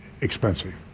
expensive